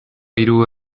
hiru